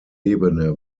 ebene